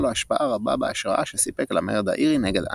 לו השפעה רבה בהשראה שסיפק למרד האירי נגד אנגליה.